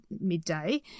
midday